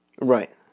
right